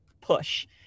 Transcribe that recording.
push